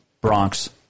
Bronx